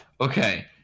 Okay